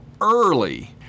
early—